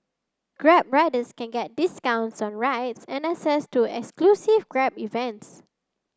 grab riders can get discounts on rides and access to exclusive grab events